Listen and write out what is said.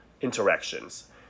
interactions